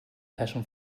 passion